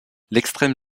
l’extrême